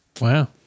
Wow